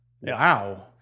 Wow